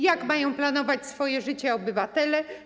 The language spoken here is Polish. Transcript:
Jak mają planować swoje życie obywatele?